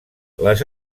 les